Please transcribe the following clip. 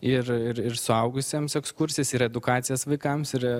ir ir ir suaugusiems ekskursijas ir edukacijas vaikams ir